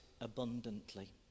abundantly